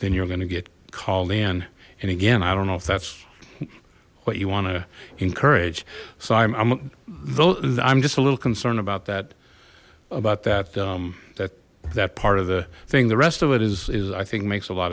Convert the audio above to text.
then you're gonna get called in and again i don't know if that's what you want to encourage so i'm though i'm just a little concerned about that about that that that part of the thing the rest of it is is i think makes a lot